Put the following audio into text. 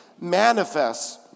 manifests